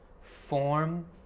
form